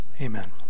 Amen